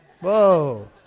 Whoa